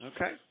Okay